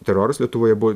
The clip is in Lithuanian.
teroras lietuvoje buvo